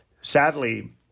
sadly